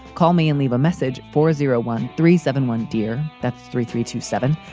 call me and leave a message for zero one three seven one, dear. that's three three two seven.